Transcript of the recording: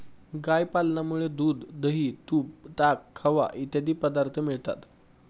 गाय पालनामुळे दूध, दही, तूप, ताक, खवा इत्यादी पदार्थ मिळतात